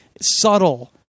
subtle